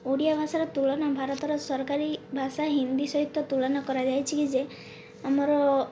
ଓଡ଼ିଆ ଭାଷାର ତୁଳନା ଭାରତର ସରକାରୀ ଭାଷା ହିନ୍ଦୀ ସହିତ ତୁଳନା କରାଯାଇଛି କି ଯେ ଆମର